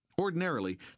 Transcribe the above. Ordinarily